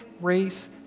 race